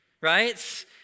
right